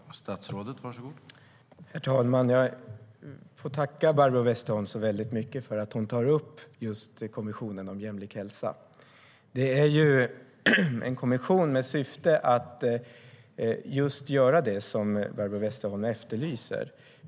STYLEREF Kantrubrik \* MERGEFORMAT Hälsovård, sjukvård och social omsorgHerr talman! Jag får tacka Barbro Westerholm så väldigt mycket för att hon tar upp just Kommissionen för jämlik hälsa. Det är en kommission med syfte att göra just det som Barbro Westerholm efterlyser.